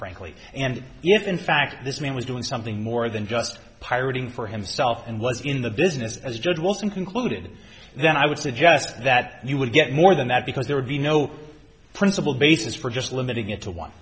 frankly and if in fact this man was doing something more than just pirating for himself and was in the business as judge wilson concluded then i would suggest that he would get more than that because there would be no principled basis for just limiting it to one